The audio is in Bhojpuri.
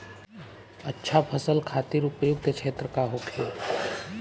अच्छा फसल खातिर उपयुक्त क्षेत्र का होखे?